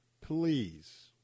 please